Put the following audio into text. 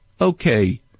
okay